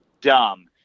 dumb